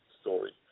story